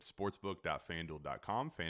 sportsbook.fanduel.com